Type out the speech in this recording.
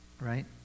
Right